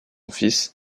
fils